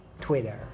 Twitter